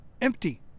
empty